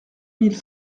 mille